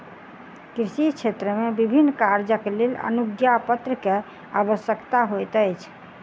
कृषि क्षेत्र मे विभिन्न कार्यक लेल अनुज्ञापत्र के आवश्यकता होइत अछि